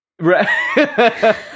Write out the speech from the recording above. Right